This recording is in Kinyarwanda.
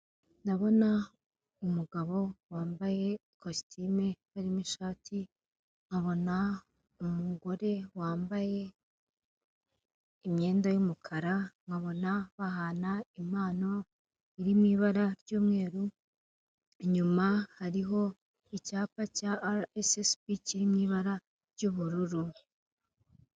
Ndabona umugabo wambaye ikositime irimo ishati, nkabona umugore wambaye imyenda y'umukara, nkabona bahana impano iri mu ibara ry'umweru, inyuma hariho icyapa cya RSSB kiri mu ibara ry'ubururu.